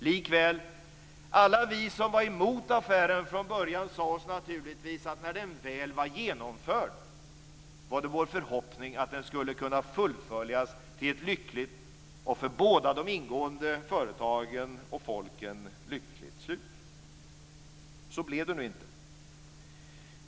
Likväl sade naturligtvis alla vi som var emot affären från början att det, när den väl var genomförd, var vår förhoppning att den skulle kunna fullföljas med ett för båda de ingående företagen och folken lyckligt slut. Så blev det nu inte.